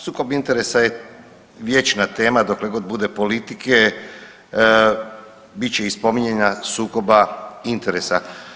Sukob interesa je vječna tema dokle god bude politike bit će i spominjanja sukoba interesa.